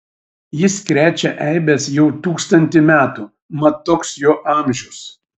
jis krečia eibes jau tūkstantį metų mat toks jo amžius